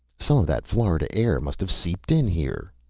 some of that florida air must have seeped in here.